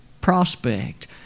prospect